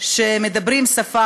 שמדברים בשפה